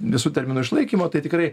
visų terminų išlaikymo tai tikrai